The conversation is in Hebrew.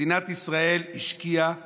מדינת ישראל השקיעה